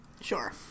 Sure